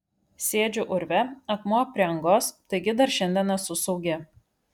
sėdžiu urve akmuo prie angos taigi dar šiandien esu saugi